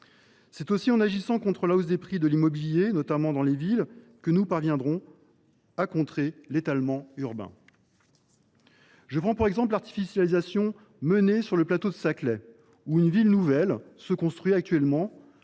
C’est aussi en luttant contre la hausse des prix de l’immobilier, notamment dans les villes, que nous parviendrons à contrer l’étalement urbain. Je prends pour exemple l’artificialisation menée sur le plateau de Saclay : une ville nouvelle est en